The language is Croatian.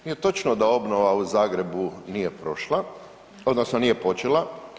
Nije točno da obnova u Zagrebu nije prošla odnosno nije počela.